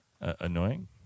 Annoying